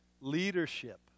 Leadership